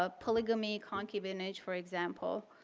ah polygamy, concubinage for example.